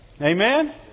Amen